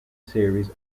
series